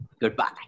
Goodbye